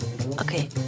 Okay